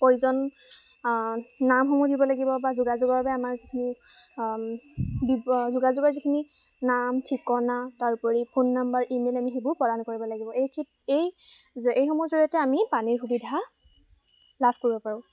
প্ৰয়োজন নামসমূহ দিব লাগিব বা যোগাযোগৰ বাবে আমাৰ যিখিনি যোগাযোগাৰ যিখিনি নাম ঠিকনা তাৰ উপৰি ফোন নাম্বাৰ ই মেইল আমি সেইবোৰ প্ৰদান কৰিব লাগিব এই এই এইসমূহৰ জৰিয়তে আমি পানীৰ সুবিধা লাভ কৰিব পাৰোঁ